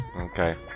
Okay